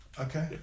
Okay